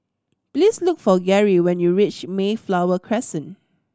please look for Garey when you reach Mayflower Crescent